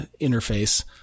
interface